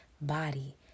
body